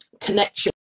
connection